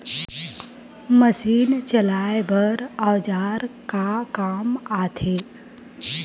Machine चलाए बर औजार का काम आथे?